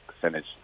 percentage